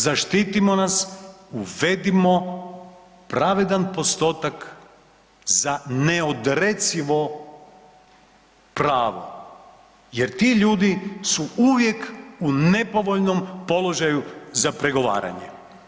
Zaštitimo nas, uvedimo pravedan postotak za neodrecivo pravo jer ti ljudi su uvijek u nepovoljnom položaju za pregovaranje.